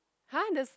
!huh! there's